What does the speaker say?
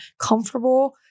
comfortable